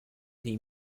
die